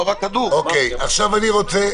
עכשיו אני רוצה